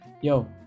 yo